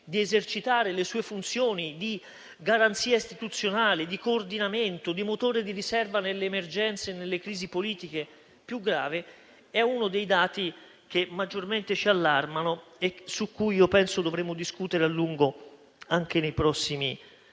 di esercitare le proprie funzioni di garanzia istituzionale, di coordinamento, di motore di riserva nelle emergenze e nelle crisi politiche più gravi, è uno dei dati che maggiormente ci allarma e su cui io penso dovremmo discutere a lungo anche nei prossimi mesi.